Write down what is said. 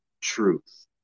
truth